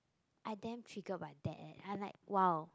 I damn triggered by that eh I like !wow!